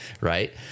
right